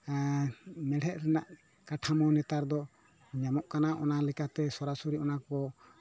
ᱢᱮᱲᱦᱮᱫ ᱨᱮᱱᱟᱜ ᱠᱟᱴᱷᱟᱢᱳ ᱱᱮᱛᱟᱨ ᱫᱚ ᱧᱟᱢᱚᱜ ᱠᱟᱱᱟ ᱚᱱᱟ ᱞᱮᱠᱟᱛᱮ ᱥᱚᱨᱟᱥᱚᱨᱤ ᱚᱱᱟ ᱠᱚ